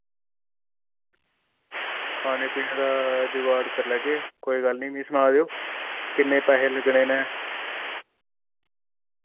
खाने पीने दा जुगाड़ करी लैगे कोई गल्ल निं मि सना दियो किन्ने पैहे लग्गने नै